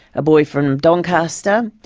ah boy from doncaster,